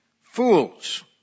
Fools